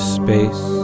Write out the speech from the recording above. space